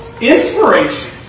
inspiration